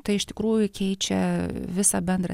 tai iš tikrųjų keičia visą bendrą